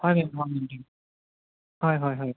হয় হয় হয় হয়